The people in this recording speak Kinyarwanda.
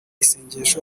isengesho